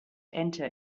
enter